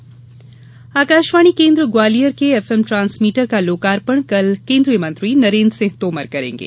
FM transmitter Akashvani केन्द्र ग्वालियर के F M transmitter का लोकार्पण कल केन्द्रीय मंत्री नरेन्द्र सिंह तोमर करेंगे